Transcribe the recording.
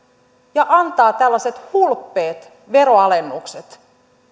ja antaa tällaiset hulppeat veronalennukset